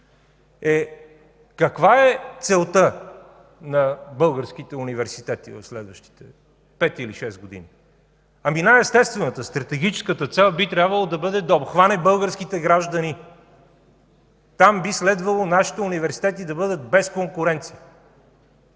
е: каква е целта на българските университети в следващите пет или шест години? Ами най-естествената, стратегическата цел – би трябвало да обхване българските граждани! Там би следвало нашите университети да бъдат без конкуренция.